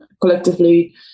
collectively